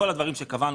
בשומר החומות